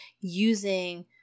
using